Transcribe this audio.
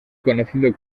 conocido